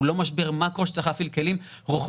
הוא לא משבר מקרו שצריך להפעיל כלים רוחביים.